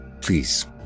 Please